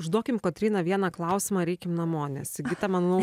užduokim kotryna vieną klausimą ir eikim namo nes sigita manau